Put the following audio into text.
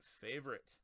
favorite